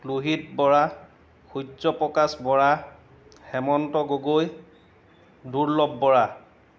Lohit Bora Surya Prakash Bora Hemanta Gogoi Durlabh Bora